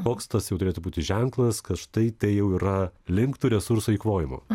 koks tas jau turėtų būti ženklas kad štai tai jau yra link tų resursų eikvojimo